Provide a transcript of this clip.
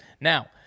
Now